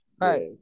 right